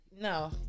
No